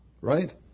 Right